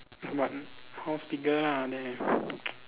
what house bigger lah there